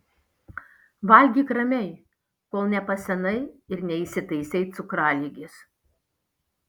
valgyk ramiai kol nepasenai ir neįsitaisei cukraligės